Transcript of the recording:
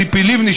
ציפי לבני,